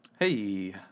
Hey